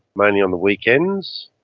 mainly on the weekends,